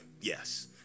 Yes